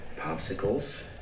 popsicles